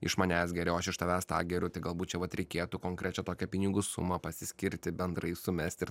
iš manęs geri o aš iš tavęs tą geriu tai galbūt čia vat reikėtų konkrečią tokią pinigų sumą pasiskirti bendrai sumesti ir